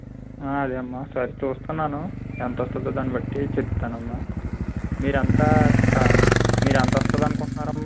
అదే అమ్మ సరే చూస్తున్నాను ఎంత వస్తుందో దాన్ని బట్టి చెప్తాను అమ్మ మీరు ఎంత మీరు ఎంత వస్తుంది అనుకుంటున్నారు అమ్మ